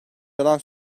yalan